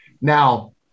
Now